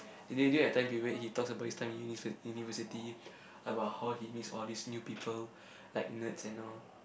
then during that time period he talks about his time in Uni University how he meets all these new people like nerds and all